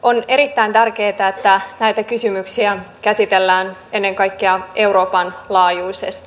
on erittäin tärkeätä että näitä kysymyksiä käsitellään ennen kaikkea euroopan laajuisesti